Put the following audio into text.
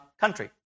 country